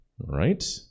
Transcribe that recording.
Right